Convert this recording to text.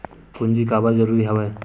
पूंजी काबर जरूरी हवय?